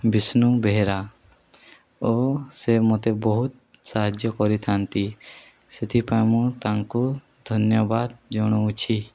ବିଷ୍ଣୁ ବେହେରା ଓ ସେ ମୋତେ ବହୁତ ସାହାଯ୍ୟ କରିଥାନ୍ତି ସେଥିପାଇଁ ମୁଁ ତାଙ୍କୁ ଧନ୍ୟବାଦ ଜଣାଉଛି